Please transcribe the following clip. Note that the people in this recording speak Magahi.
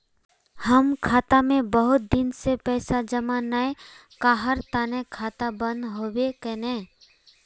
हम खाता में बहुत दिन से पैसा जमा नय कहार तने खाता बंद होबे केने?